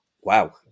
wow